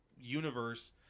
universe